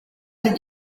bintu